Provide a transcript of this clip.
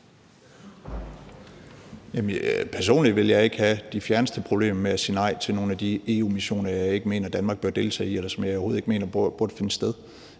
Personligt vil jeg ikke have de fjerneste problemer med at sige nej til nogle af de EU-missioner, jeg ikke mener Danmark bør deltage i, eller som jeg overhovedet ikke mener burde finde sted.